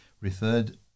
referred